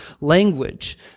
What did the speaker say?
language